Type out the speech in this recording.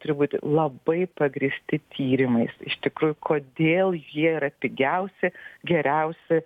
turi būti labai pagrįsti tyrimais iš tikrųjų kodėl jie yra pigiausi geriausi